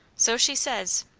so she says.